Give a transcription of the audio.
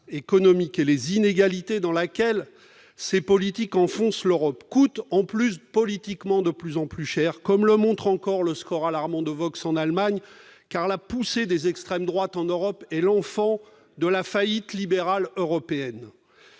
et les inégalités dans laquelle ces politiques enfonce l'Europe coûte en plus politiquement de plus en plus cher, comme le montre encore le score alarmant de Vox en Allemagne car la poussée des extrêmes droites en Europe et l'enfant de la faillite libérale européenne